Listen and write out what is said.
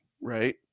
right